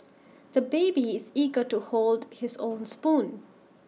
the baby is eager to hold his own spoon